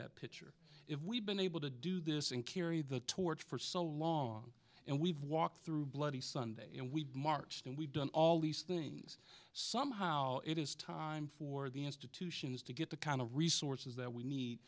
that picture if we've been able to do this and carry the torch for so long and we've walked through bloody sunday and we marched and we've done all these things somehow it is time for the institutions to get the kind of resources that we need